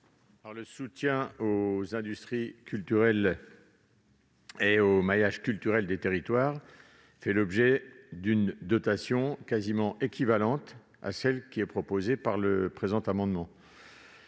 Le soutien aux industries culturelles et au maillage culturel des territoires fait l'objet d'une dotation quasiment équivalente à celle qui est proposée par le présent amendement.